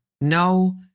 No